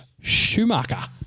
Schumacher